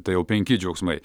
tai jau penki džiaugsmai